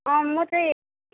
म चाहिँ